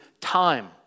time